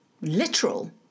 literal